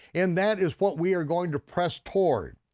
and that is what we are going to press toward.